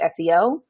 SEO